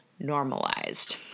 normalized